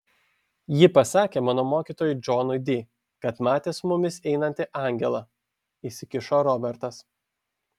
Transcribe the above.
ji pasakė mano mokytojui džonui di kad matė su mumis einantį angelą įsikišo robertas